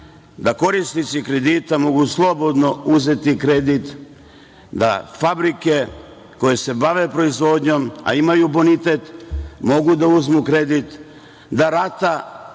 da korisnici kredita mogu slobodno uzeti kredit, da fabrike koje se bave proizvodnjom, a imaju bonitet, mogu da uzmu kredit, da se rata